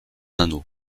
anneau